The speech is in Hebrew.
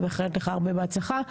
אני מאחלת לך המון בהצלחה.